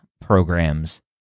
programs